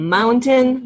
Mountain